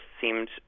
seemed